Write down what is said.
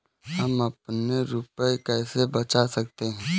हम अपने रुपये कैसे बचा सकते हैं?